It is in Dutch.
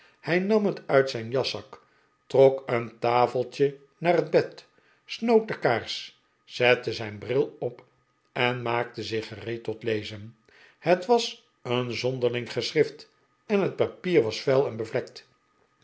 hij nam het uit zijn jaszak trok een tafeltje naar het bed snoot de kaars zette zijn bril op en maakte zich gereed tot lezen het was een zonderling geschrift en het papier was vuil en